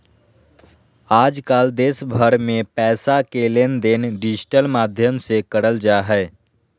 आजकल देश भर मे पैसा के लेनदेन डिजिटल माध्यम से करल जा हय